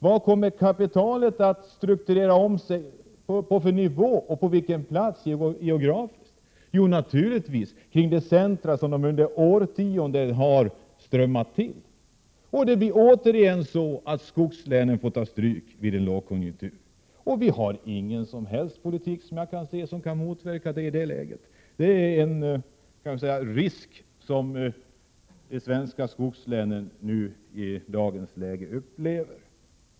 På vilken nivå och på vilken plats geografiskt kommer kapitalet att strukturera om sig? Jo, naturligtvis kring de centra som man under årtionden har strömmat till. Det blir då återigen skogslänen som får ta stryk. Vi har såvitt jag kan se ingen politik som kan motverka det i en lågkonjunktur. Det är en risk som de svenska skogslänen i dagens läge upplever.